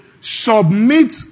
submit